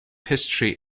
history